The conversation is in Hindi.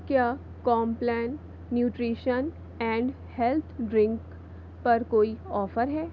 क्या Complan nutrition and health drink पर कोई ऑफ़र है